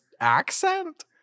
accent